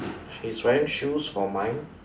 she's wearing shoes for mine